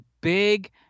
big